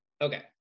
Okay